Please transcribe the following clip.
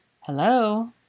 Hello